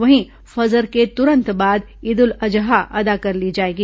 वहीं फजर के तुरंत बाद ईद उल अजहा अदा कर ली जाएगी